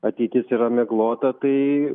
ateitis yra miglota tai